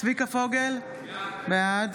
צביקה פוגל, בעד